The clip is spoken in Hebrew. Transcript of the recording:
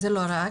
זה לא רק,